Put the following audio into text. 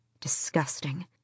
Disgusting